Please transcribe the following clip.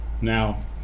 Now